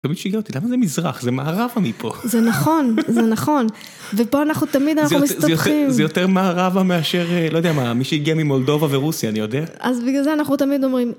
תמיד שיגע אותי, למה זה מזרח? זה מערבה מפה. זה נכון, זה נכון. ופה אנחנו תמיד, אנחנו מסתבכים. זה יותר מערבה מאשר, לא יודע מה, מי שיגיע ממולדובה ורוסיה, אני יודע. אז בגלל זה אנחנו תמיד אומרים...